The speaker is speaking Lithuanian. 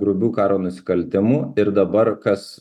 grubių karo nusikaltimų ir dabar kas